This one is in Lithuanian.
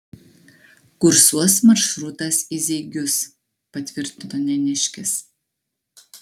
kursuos maršrutas į zeigius patvirtino neniškis